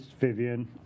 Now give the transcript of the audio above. Vivian